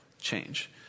change